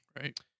Right